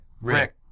Rick